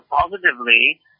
positively